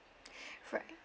correct